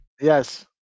Yes